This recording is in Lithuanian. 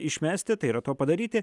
išmesti tai yra to padaryti